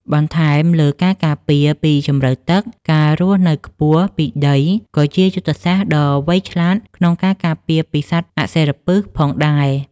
បន្ថែមលើការការពារពីជម្រៅទឹក ការរស់នៅខ្ពស់ពីដីក៏ជាយុទ្ធសាស្ត្រដ៏វៃឆ្លាតក្នុងការការពារពីសត្វអសិរពិសផងដែរ។